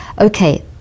okay